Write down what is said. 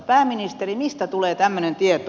pääministeri mistä tulee tämmöinen tieto